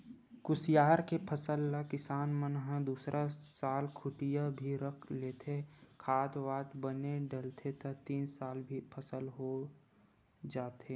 कुसियार के फसल ल किसान मन ह दूसरा साल खूटिया भी रख लेथे, खाद वाद बने डलथे त तीन साल भी फसल हो जाथे